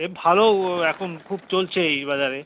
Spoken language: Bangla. এ ভালো এখন খুব চলছে এই বাজারে